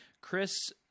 Chris